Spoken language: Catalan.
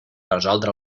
resoldre